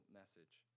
message